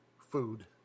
food